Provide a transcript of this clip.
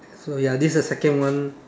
so ya this is the second one